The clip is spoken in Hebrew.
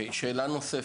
שאלה נוספת.